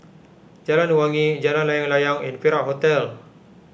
Jalan Wangi Jalan Layang Layang and Perak Hotel